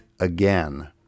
again